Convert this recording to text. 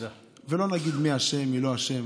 ולא נגיד מי אשם, מי לא אשם,